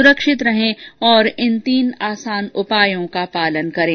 सुरक्षित रहें और इन तीन आसान उपायों का पालन करें